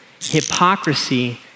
Hypocrisy